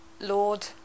Lord